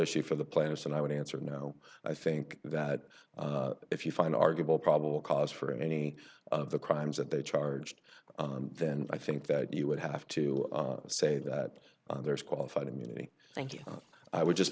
issue for the plaintiffs and i would answer no i think that if you find arguable probable cause for any of the crimes that they charged then i think that you would have to say that there is qualified immunity thank you i would just